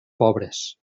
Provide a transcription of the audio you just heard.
pobres